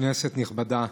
כנסת נכבדה,